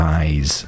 eyes